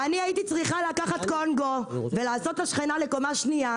אני הייתי צריכה לקחת קונגו ולעשות לשכנה בקומה שנייה